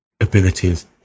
abilities